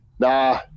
Nah